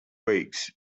weeks